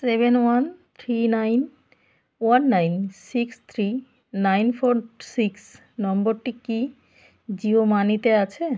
seven one three nine one nine six three nine four six নম্বরটি কি Jio মানিতে আছে